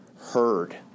heard